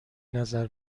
نظر